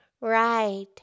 Right